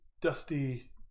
Dusty